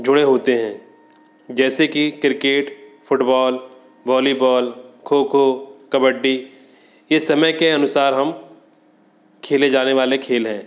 जुड़े होते हैं जैसे कि cricket football volleyball kho kho kabaddi ये समय के अनुसार हम खेले जाने वाले खेल हैं